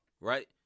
right